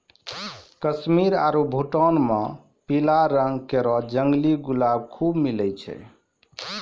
कश्मीर आरु भूटान म पीला रंग केरो जंगली गुलाब खूब मिलै छै